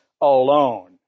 alone